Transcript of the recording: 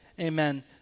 amen